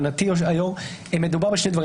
להבנתי, היו"ר מדובר בשתי דברים.